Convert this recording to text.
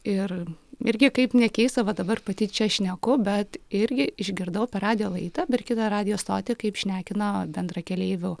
ir irgi kaip nekeista va dabar pati čia šneku bet irgi išgirdau per radijo laidą per kitą radijo stotį kaip šnekina bendrakeleivių